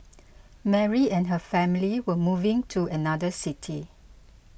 Mary and her family were moving to another city